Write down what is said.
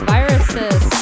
Viruses